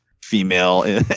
female